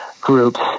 groups